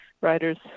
riders